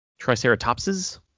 Triceratopses